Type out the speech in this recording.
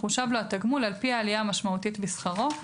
יחושב לו התגמול על פי העלייה המשמעותית בשכרו,